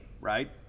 right